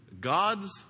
God's